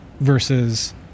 versus